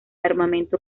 armamento